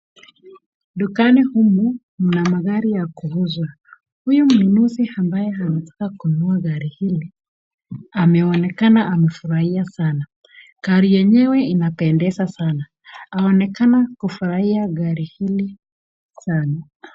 Dukani humu mna magari ya kuuzwa, huyu mnunuzi ambaye anataka kununua gari hili, ameonekana amefurahia sana. Gari yenyewe inapendeza sana, aonekana kufurahia gari hili sana.